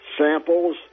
samples